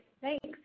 Thanks